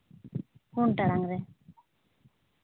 ᱯᱩᱱ ᱴᱟᱲᱟᱝ ᱨᱮ